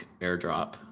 airdrop